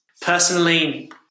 personally